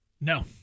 No